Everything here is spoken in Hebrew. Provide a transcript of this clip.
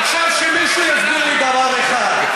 עכשיו שמישהו יסביר לי דבר אחד.